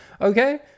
Okay